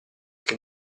che